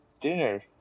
dinner